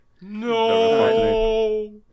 no